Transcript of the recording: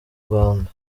rwanda